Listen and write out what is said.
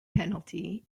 penalty